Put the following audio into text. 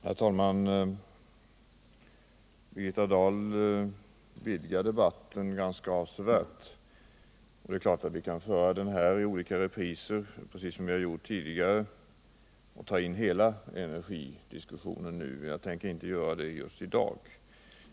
Herr talman! Birgitta Dahl vidgar debatten ganska avsevärt. Det är klart att vi kan föra en sådan debatt i olika repriser, precis som vi gjort tidigare, och ta in hela energifrågan nu. Men jag tänker inte göra det just i dag.